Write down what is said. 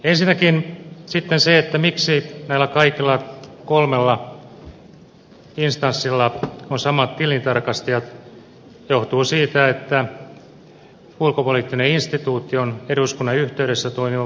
ensinnäkin sitten se miksi näillä kaikilla kolmella instanssilla on samat tilintarkastajat johtuu siitä että ulkopoliittinen instituutti on eduskunnan yhteydessä toimiva valtion virasto